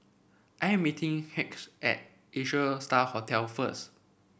I am meeting Hughes at Asia Star Hotel first